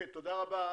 תודה רבה.